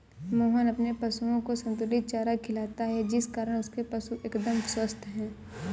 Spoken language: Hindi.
मोहन अपने पशुओं को संतुलित चारा खिलाता है जिस कारण उसके पशु एकदम स्वस्थ हैं